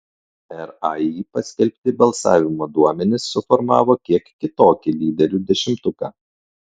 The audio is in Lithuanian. rai paskelbti balsavimo duomenys suformavo kiek kitokį lyderių dešimtuką